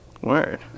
Word